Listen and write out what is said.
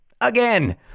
Again